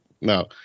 no